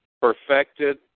perfected